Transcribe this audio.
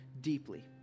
deeply